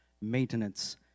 maintenance